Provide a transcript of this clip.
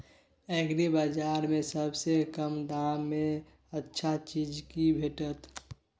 एग्रीबाजार में सबसे कम दाम में अच्छा चीज की भेटत?